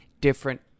different